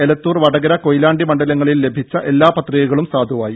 എലത്തൂർ വടകര കൊയിലാണ്ടി മണ്ഡലങ്ങളിൽ ലഭിച്ച എല്ലാ പത്രികകളും സാധുവായി